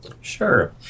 Sure